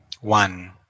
one